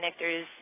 connectors